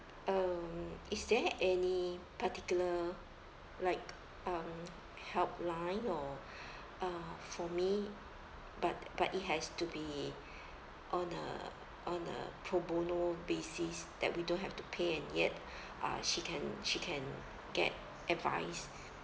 um is there any particular like um helpline or uh for me but but it has to be on a on a pro bono basis that we do have to pay and yet uh she can she can get advice